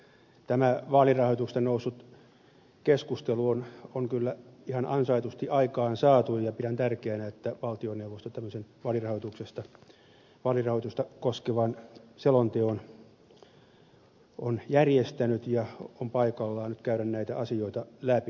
tämä vaalirahoituksesta noussut keskustelu on kyllä ihan ansaitusti aikaansaatu ja pidän tärkeänä että valtioneuvosto tämmöisen vaalirahoitusta koskevan selonteon on järjestänyt ja on paikallaan nyt käydä näitä asioita läpi